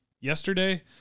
Yesterday